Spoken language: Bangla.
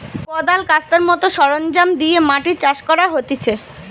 কদাল, কাস্তের মত সরঞ্জাম দিয়ে মাটি চাষ করা হতিছে